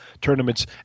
tournaments